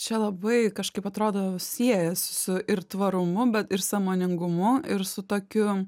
čia labai kažkaip atrodo siejasi su ir tvarumu bet ir sąmoningumu ir su tokiu